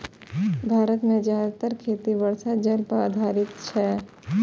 भारत मे जादेतर खेती वर्षा जल पर आधारित छै